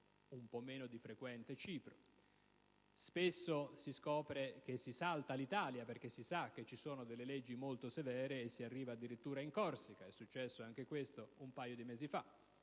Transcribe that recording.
un po' meno di frequente Cipro). Spesso si scopre che si salta l'Italia perché si sa che le sue leggi sono molto severe e si arriva addirittura in Corsica, come è successo un paio di mesi fa.